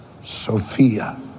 Sophia